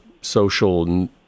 social